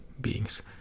beings